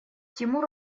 тимур